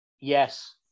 Yes